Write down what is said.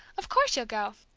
of course you'll go!